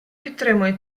підтримую